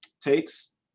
takes